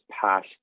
past